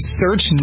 search